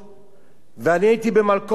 ואני הייתי במלכודת מוות.